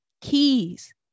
keys